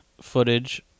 footage